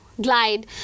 glide